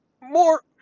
more